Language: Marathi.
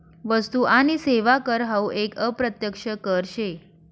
वस्तु आणि सेवा कर हावू एक अप्रत्यक्ष कर शे